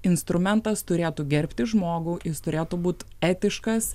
instrumentas turėtų gerbti žmogų jis turėtų būt etiškas